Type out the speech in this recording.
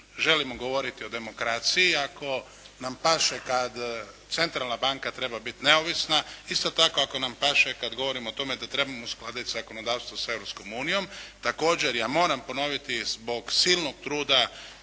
želimo govoriti o demokraciji, ako nam paše kad Centralna banka treba biti neovisna, isto tako ako nam paše kad govorimo o tome da trebamo uskladiti zakonodavstvo sa Europskom unijom također ja moram ponoviti zbog silnog truda